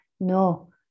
No